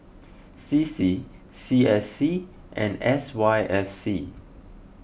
C C C S C and S Y F C